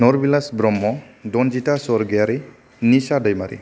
नरबिलास ब्रह्म दनजिता सरगियारि निसा दैमारि